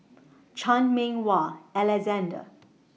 Chan Meng Wah Alexander